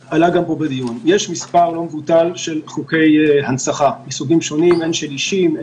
יש מספר לא מבוטל של חוקי הנצחה מסוגים שונים הן של אישים,